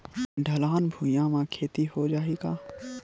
ढलान भुइयां म खेती हो जाही का?